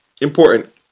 important